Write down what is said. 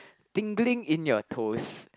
tingling in your toes